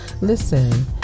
listen